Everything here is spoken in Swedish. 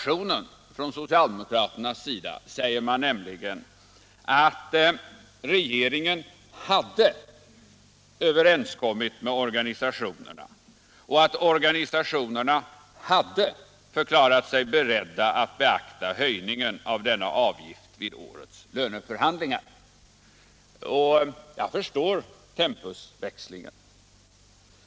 I den socialdemokratiska reservationen sägs nu att socialdemokraterna hade överenskommit med organisationerna och att dessa ”hade förklarat sig beredda att beakta höjningen av denna avgift i årets löneförhandlingar”. Jag förstår tempusväxlingen.